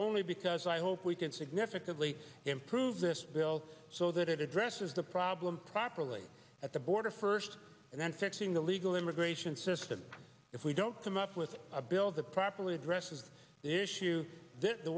only because i hope we can significantly improve this bill so that it addresses the problem properly at the border first and then fixing the legal immigration system if we don't come up with a bill that properly addresses the issue the